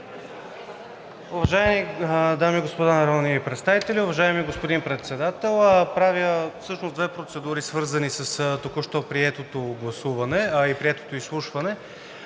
Уважаеми дами и господа народни представители, уважаеми господин Председател! Правя две процедури, свързани с току-що приетото гласуване, а и приетото изслушване,